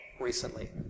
recently